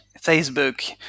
Facebook